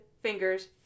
fingers